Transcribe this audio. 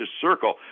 circle